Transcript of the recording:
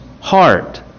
heart